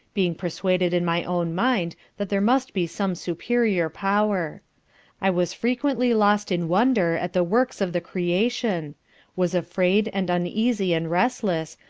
being persuaded, in my own mind, that there must be some superior power i was frequently lost in wonder at the works of the creation was afraid and uneasy and restless,